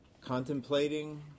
contemplating